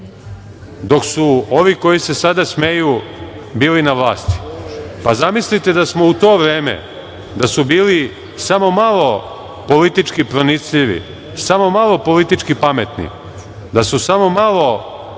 dok su ovi koji se sada smeju bili na vlasti. Zamislite da smo u to vreme, da su bili samo malo politički pronicljivi, samo malo politički pametni, da su samo malo